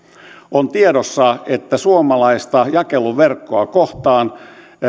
on tiedossa että suomalaista jakeluverkkoa kohtaan